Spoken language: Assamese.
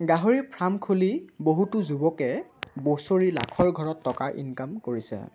গাহৰিৰ ফাৰ্ম খুলি বহুতো যুৱকে বছৰি লাখৰ ঘৰত টকা ইনকাম কৰিছে